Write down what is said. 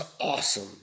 awesome